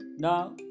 Now